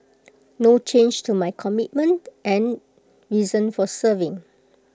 no change to my commitment and reason for serving